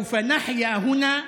נחיה פה,